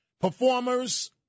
performers